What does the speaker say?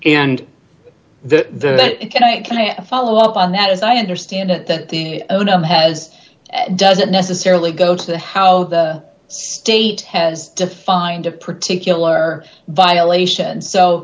and the follow up on that as i understand it that the owner has doesn't necessarily go to how the state has defined a particular violation so